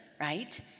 right